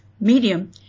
medium